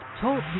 Talk